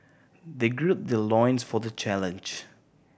they gird their loins for the challenge